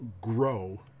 grow